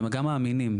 וגם מאמינים,